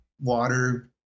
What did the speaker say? water